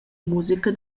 musica